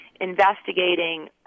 investigating